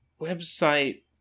website